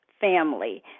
family